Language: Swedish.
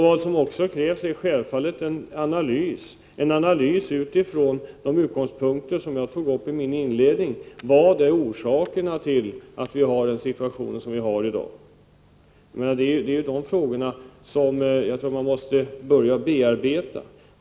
Vad som också krävs är, som jag tog upp i mitt inledningsanförande, en analys av vad som är orsakerna till den situation vi har i dag. Jag tror att det är dessa frågor som man måste börja bearbeta.